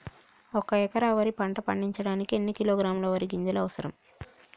ఒక్క ఎకరా వరి పంట పండించడానికి ఎన్ని కిలోగ్రాముల వరి గింజలు అవసరం?